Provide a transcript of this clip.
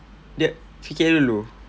dia fikir dulu